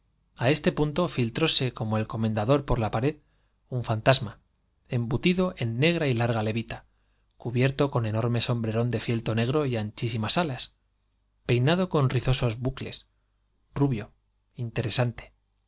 este punto filtróse como el comendador por la pared un fantasma embutido en negra y larga levita cubiert o con enorme somberón de fieltro negro y anchísimas alas peinado con rizosos bucles rubio interesante